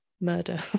murder